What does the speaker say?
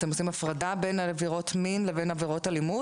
אתם עושים הפרדה בין עבירות המין לבין עבירות האלימות?